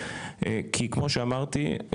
כי כמו שאמרתי,